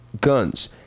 guns